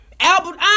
Albert